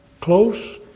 close